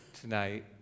tonight